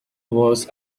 was